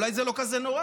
אולי זה לא כזה נורא.